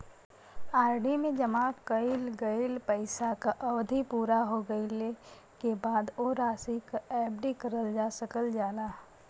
RD में जमा कइल गइल पइसा क अवधि पूरा हो गइले क बाद वो राशि क एफ.डी करल जा सकल जाला